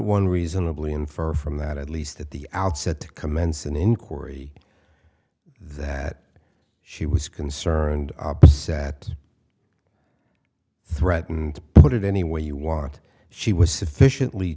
one reasonably infer from that at least at the outset to commence an inquiry that she was concerned that threatened to put it any way you want she was sufficiently